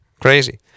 Crazy